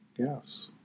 Yes